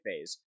phase